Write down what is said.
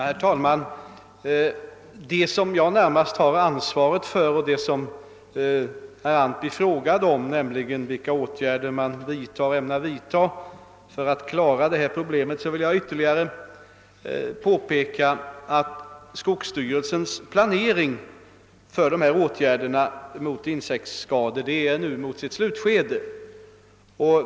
Herr talman! Det som jag närmast har ansvar för är väl i detta sammanhang vad herr Antby frågade om, nämligen vilka åtgärder man ämnar vidta för att klara problemet med insektsskador på skogen. Jag vill ytterligare påpeka att skogsstyrelsens planering för dessa åtgärder mot insektsskador nu befinner sig i sitt slutskede.